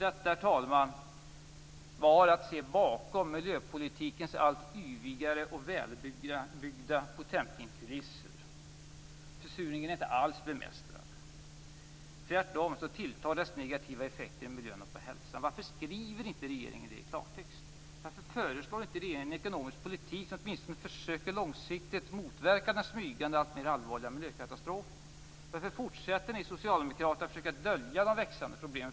Detta, herr talman, var att se bakom miljöpolitikens allt yvigare och välutbyggda potemkinkulisser. Försurningen är inte alls bemästrad. Tvärtom tilltar dess negativa effekter i miljön och på hälsan. Varför skriver inte regeringen det i klartext? Varför föreslår inte regeringen en ekonomisk politik som åtminstone försöker att långsiktigt motverka den smygande och allt mer allvarliga miljökatastrofen? Varför fortsätter ni socialdemokrater att försöka dölja de växande problemen?